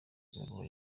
ibaruwa